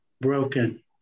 broken